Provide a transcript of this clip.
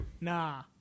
Nah